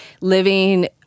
Living